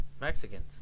Mexicans